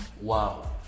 wow